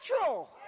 natural